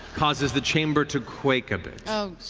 causes the chamber to quake a bit.